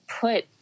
put